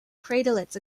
craterlets